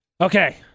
Okay